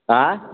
आँय